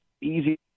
easy